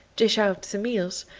dish out the meals,